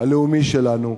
הלאומי שלנו,